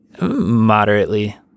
moderately